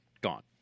Gone